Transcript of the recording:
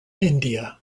india